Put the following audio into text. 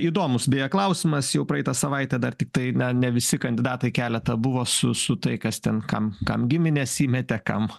įdomūs beje klausimas jau praeitą savaitę dar tiktai na ne visi kandidatai keletą buvo su su tai kas ten kam kam giminės įmetė kam